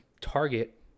target